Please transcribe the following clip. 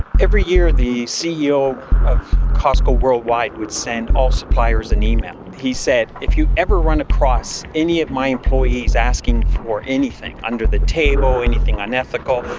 every year, the ceo of costco worldwide would send all suppliers an i mean e-mail. he said, if you ever run across any of my employees asking for anything under the table, anything unethical,